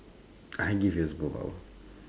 I give you a superpower